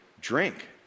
Drink